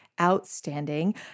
Outstanding